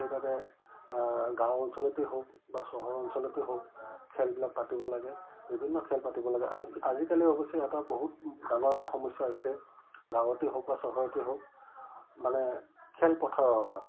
সেইবাবে গাঁও অঞ্চলতেই হওক বা চহৰ অঞ্চলতেই হওক খেলবিলাক পাতিব লাগে বিভিন্ন খেল পাতিব লাগে আৰু আজিকালি অৱশ্যে এটা বহুত ডাঙৰ সমস্যা হৈছে গাঁৱতেই হওক বা চহৰতেই হওক মানে খেলপথাৰৰ অভাৱ